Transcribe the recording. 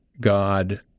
God